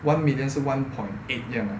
one million 是 one point eight 这样啊